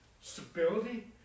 stability